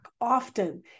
often